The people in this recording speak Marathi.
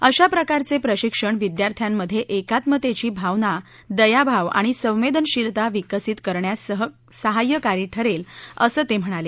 अशा प्रकारचे प्रशिक्षण विद्यार्थ्यांमधे एकात्मतेची भावना दयाभाव आणि संवेदनशीलता विकसित करण्यास साहाय्यकारी ठरेल असं ते म्हणाले